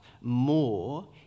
more